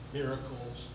miracles